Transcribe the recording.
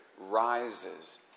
rises